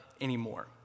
anymore